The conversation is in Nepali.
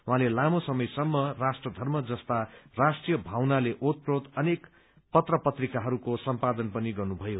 उहाँले लामो समयसम्म राष्ट्रथर्म जस्ता राष्ट्रीय भावनाले ओतप्रोत अनेक पत्र पत्रिकाहरूको सम्पादन पनि गर्नुभयो